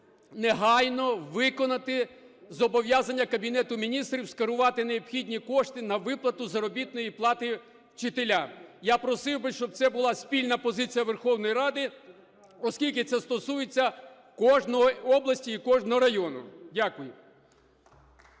негайно виконати зобов'язання Кабінету Міністрів скерувати необхідні кошти на виплату заробітної плати вчителям. Я просив би, щоб це була спільна позиція Верховної Ради, оскільки це стосується кожної області і кожного району. Дякую.